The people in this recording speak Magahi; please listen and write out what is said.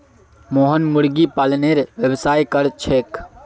मोहन मुर्गी पालनेर व्यवसाय कर छेक